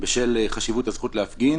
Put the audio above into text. בשל חשיבות הזכות להפגין